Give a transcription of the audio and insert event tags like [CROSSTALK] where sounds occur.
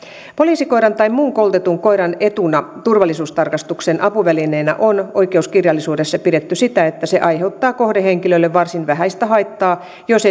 poliisikoiran tai muun koulutetun koiran etuna turvallisuustarkastuksen apuvälineenä on oikeuskirjallisuudessa pidetty sitä että se aiheuttaa kohdehenkilölle varsin vähäistä haittaa jos [UNINTELLIGIBLE]